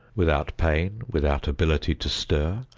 without pain, without ability to stir,